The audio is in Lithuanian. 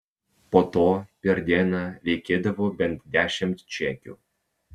po to per dieną reikėdavo bent dešimt čekių